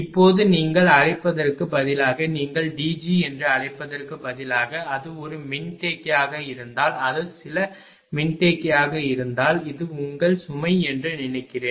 இப்போது நீங்கள் அழைப்பதற்குப் பதிலாக நீங்கள் DG என்று அழைப்பதற்குப் பதிலாக அது ஒரு மின்தேக்கியாக இருந்தால் அது சில மின்தேக்கியாக இருந்தால் இது உங்கள் சுமை என்று நினைக்கிறேன்